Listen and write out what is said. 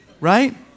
Right